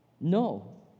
No